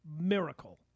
miracle